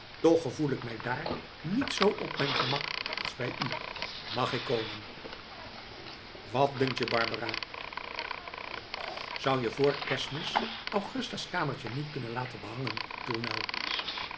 toch gevoel ik mij dààr niet zoo op mijn gemak als bij u mag ik komen wat dunkt je barbara zou je vr kerstmis augusta's kamertje niet kunnen laten behangen tournel